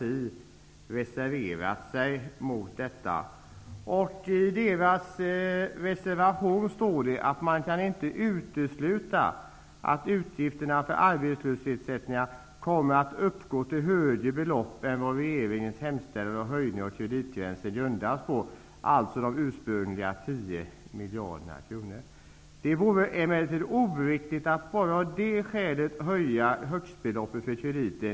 I reservationen står det att man inte kan utesluta att utgifterna för arbetslöshetsersättningarna kommer att uppgå till högre belopp än vad regeringens hemställan om höjning av kreditgränsen grundas på, dvs. de ursprungliga 10 miljarder kronorna. Det står vidare att det emellertid vore oriktigt att bara av det skälet höja högstbeloppet för krediten.